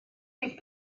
fydd